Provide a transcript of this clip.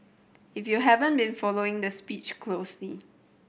if you haven't been following the speech closely